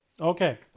Okay